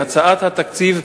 בהצעת התקציב,